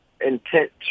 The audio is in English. intent